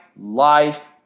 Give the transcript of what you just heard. life